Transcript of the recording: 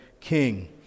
king